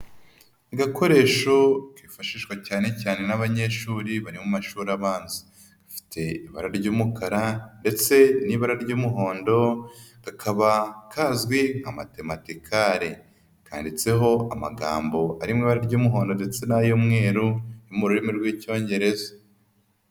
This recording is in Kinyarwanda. Agakoresho kifashishwa cyane cyane n'abanyeshuri bari mu mashuri abanza gafite ibara ry'umukara ndetse n'ibara ry'umuhondo kakaba kazwi nk'amatematikare kanditseho amagambo ari mu iba ry'umuhondo ndetse n'ay'umweru mu rurimi rw'icyongereza.